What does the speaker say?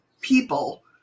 people